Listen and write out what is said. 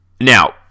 Now